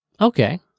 Okay